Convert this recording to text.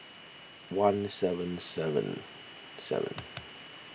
one seven seven seven